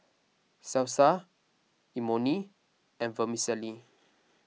Salsa Imoni and Vermicelli